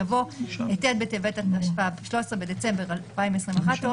יבוא: ט' בטבת התשפ"ב (13 בדצמבר 2021) או